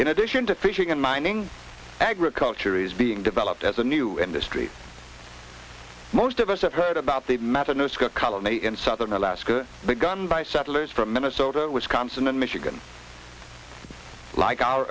in addition to fishing and mining agriculture is being developed as a new industry most of us have heard about the methodist colony in southern alaska begun by settlers from minnesota wisconsin and michigan like our